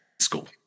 school